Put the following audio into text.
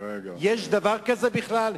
יש דבר כזה בכלל?